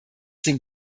den